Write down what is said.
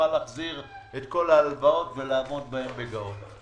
תוכל להחזיר את כל ההלוואות ולעמוד בהן בגאון.